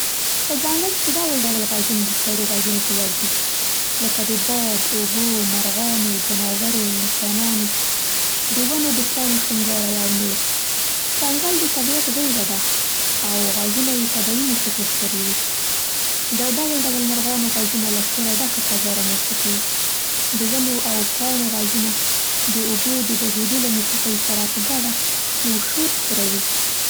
په ځنګل کې ډول ډول غږونه د سړي غوږونو ته ورځي، لکه د باد، اوبو، مرغانو، ځناورو انسانانو، د ونو د پاڼو شړنګاری او نور. ځنګل د طبیعت غېږ ده او غږونه یې طبیعي موسیقي خپروي. د ډول ډول مرغانو غږونه له شوره ډکه فضاء را منځته کوي. د ونو او پاڼو غږونه د اوبو د بهېدو له موسیقۍ سره په ګډه یو شور خپروي.